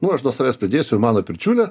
nu va aš nuo savęs pridėsiu ir mano pirčiulė